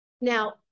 Now